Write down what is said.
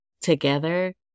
together